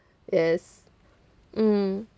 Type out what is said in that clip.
yes mm